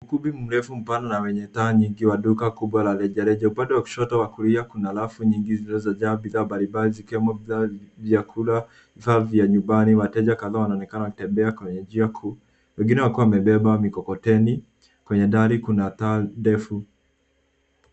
Ukumbi mrefu mpana na wenye taa nyingi wa duka kubwa la rejareja. Upande wa kushoto wa kulia kuna rafu nyingi zilizojaa bidhaa mbalimbali zikiwemo vyakula ,bidhaa vya nyumbani. Wateja kadhaa wanaonekana wakitembea kwenye njia kuu. Wengine wakiwa wamebeba mikokoteni. Kwenye dari kuna taa ndefu.